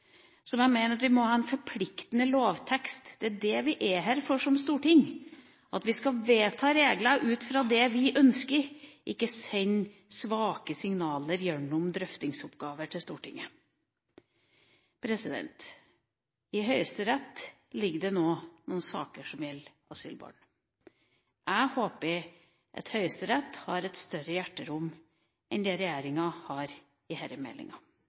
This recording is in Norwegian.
Venstre. Jeg mener at disse forslagene handler om å konkretisere de grensene vi bør ha i lovverket, vi bør ha en forpliktende lovtekst. Det er det vi er her for, som storting, vi skal vedta regler ut fra det vi ønsker, og ikke sende svake signaler gjennom drøftingsoppgaver til Stortinget. I Høyesterett ligger det nå noen saker som gjelder asylbarn. Jeg håper at Høyesterett har et større hjerterom enn det regjeringa har i